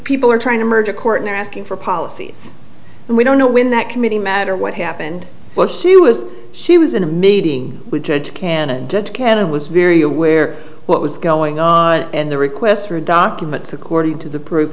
people are trying to merge a court and asking for policies and we don't know when that committee matter what happened while she was she was in a meeting with judge can and can and was very aware what was going on and the request for documents according to the proof